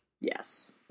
Yes